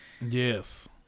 Yes